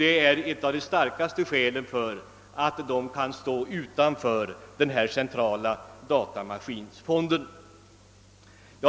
Detta är ett av de starkaste skälen för verken att stå utanför den centrala datamaskinfonden.